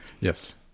Yes